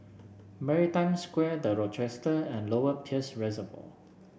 Maritime Square The Rochester and Lower Peirce Reservoir